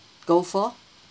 go for